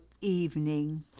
evening